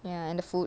ya and the food